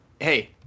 Hey